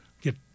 get